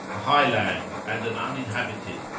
a high land and an uninhabited.